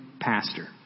pastor